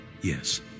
Yes